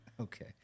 Okay